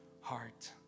heart